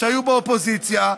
שהיו באופוזיציה,